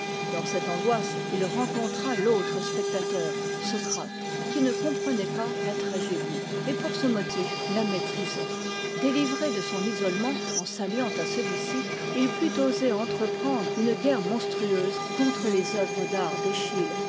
dans cette angoisse il rencontra l'autre spectateur socrate qui ne comprenait pas la tragédie et pour ce motif la méprisait délivré de son isolement en s'alliant à celui-ci il put oser entreprendre une guerre monstrueuse contre les œuvres d'art